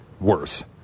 worse